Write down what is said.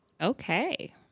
Okay